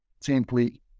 simply